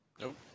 Nope